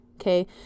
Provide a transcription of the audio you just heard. Okay